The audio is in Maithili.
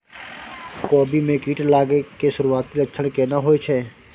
कोबी में कीट लागय के सुरूआती लक्षण केना होय छै